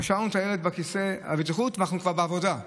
קשרנו את הילד בכיסא הבטיחות, ואנחנו כבר בעבודה.